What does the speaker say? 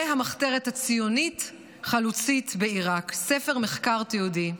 והמחתרת הציונית-חלוצית בעיראק, ספר מחקר תיעודי.